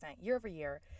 year-over-year